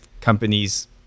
companies